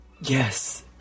Yes